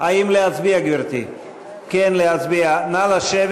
יעקב פרי, עפר שלח, חיים ילין, קארין אלהרר,